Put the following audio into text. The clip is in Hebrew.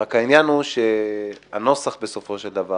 רק העניין הוא שהנוסח בסופו של דבר